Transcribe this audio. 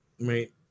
right